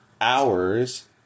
hours